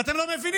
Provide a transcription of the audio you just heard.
ואתם לא מבינים.